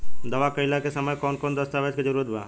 दावा कईला के समय कौन कौन दस्तावेज़ के जरूरत बा?